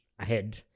ahead